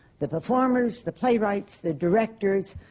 the performers, the playwrights, the directors,